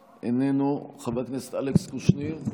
איננו, חבר הכנסת אלכס קושניר,